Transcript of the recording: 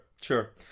sure